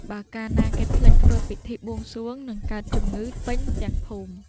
បើកាលណាគេភ្លេចធ្វើពិធី បួងសួងនឹងកើតជំងឺពេញទាំងភូមិ ។